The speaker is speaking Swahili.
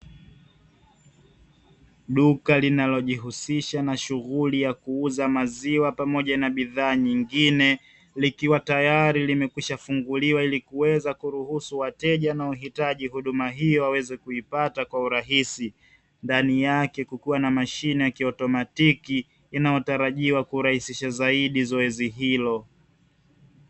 Duka linalojihusisha na shughuli ya kuuza maziwa pamoja na bidhaa nyingine, likiwa tayari limekwishafunguliwa ili kuweza kuruhusu wateja na wahitaji huduma hiyo waweze kuipata kwa urahisi. Ndani yake kukiwa na mashine ya kiautomatiki inayotarajiwa kurahisisha zaidi zoezi hilo.